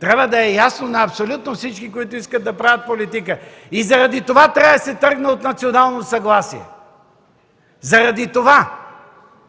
Трябва да е ясно на абсолютно всички, които искат да правят политика. И заради това трябва да се тръгне от национално съгласие. Заради това